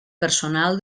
personal